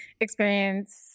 Experience